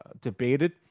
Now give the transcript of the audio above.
debated